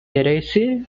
tracey